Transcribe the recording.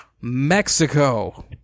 Mexico